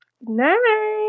Night